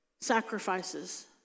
sacrifices